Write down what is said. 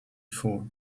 for